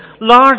Large